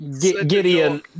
Gideon